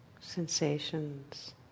sensations